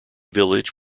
village